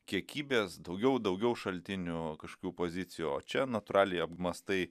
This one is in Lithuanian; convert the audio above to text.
kiekybės daugiau daugiau šaltinių kažkokių pozicijų o čia natūraliai apmąstai